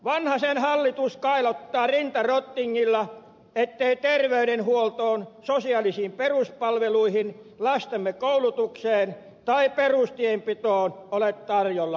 vanhasen hallitus kailottaa rinta rottingilla ettei terveydenhuoltoon sosiaalisiin peruspalveluihin lastemme koulutukseen tai perustienpitoon ole tarjolla lisärahaa